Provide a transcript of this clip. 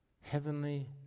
heavenly